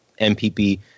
MPP